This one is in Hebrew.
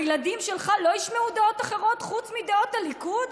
הילדים שלך לא ישמעו דעות אחרות חוץ מדעות הליכוד,